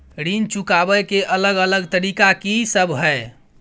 ऋण चुकाबय के अलग अलग तरीका की सब हय?